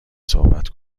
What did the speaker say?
صحبت